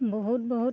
বহুত বহুত